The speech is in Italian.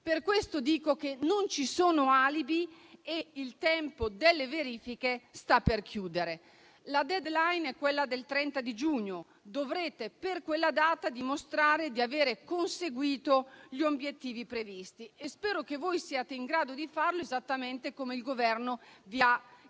Per questo dico che non ci sono alibi e il tempo delle verifiche sta per terminare. La *deadline* è quella del 30 giugno, data entro la quale dovrete dimostrare di aver conseguito gli obiettivi previsti e spero che voi siate in grado di farlo esattamente come il Governo che vi ha preceduto.